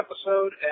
episode